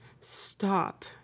stop